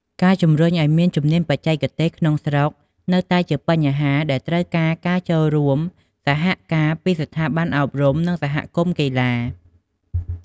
ការជំរុញឲ្យមានជំនាញបច្ចេកទេសក្នុងស្រុកនៅតែជាបញ្ហាដែលត្រូវការការចូលរួមសហការពីស្ថាប័នអប់រំ និងសហគមន៍កីឡា។